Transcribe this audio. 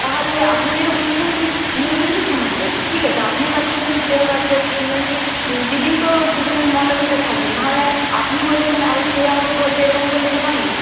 তাহলে আপনাকে এটা বুঝতে হবে যে দুজনকে দিলে সমান দেবো ঠিক আছে আপনিও কাজ করছেন সেও কাজ করছে দুজনকে দিলেই তো দুজনের মতের মিলটা থাকবে নাহলে আপনি বলছেন আবার সে আমাকে বলবে এরকম করলে তো হয় না